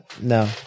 No